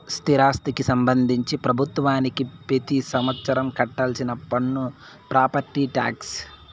స్థిరాస్తికి సంబంధించి ప్రభుత్వానికి పెతి సంవత్సరం కట్టాల్సిన పన్ను ప్రాపర్టీ టాక్స్